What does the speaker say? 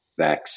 vax